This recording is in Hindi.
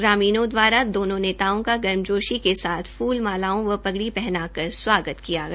ग्रामीणों द्वारा दोनों नेताओं का गर्मजोशी के साथ फूल मालाओं व पगड़ी पहनाकर स्वागत किया गया